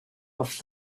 off